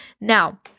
Now